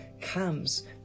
comes